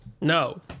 No